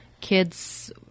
Kids